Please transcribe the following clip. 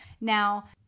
Now